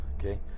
Okay